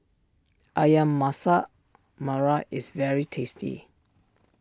Ayam Masak Merah is very tasty